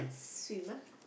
swim ah